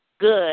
good